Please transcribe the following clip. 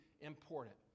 important